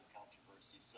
controversy